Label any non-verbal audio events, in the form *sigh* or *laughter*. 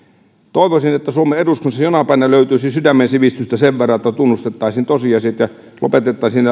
toivoisin että suomen eduskunnassa jonain päivänä löytyisi sydämensivistystä sen verran että tunnustettaisiin tosiasiat ja lopetettaisiin *unintelligible*